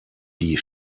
die